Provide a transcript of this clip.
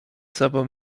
sobą